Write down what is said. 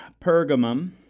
Pergamum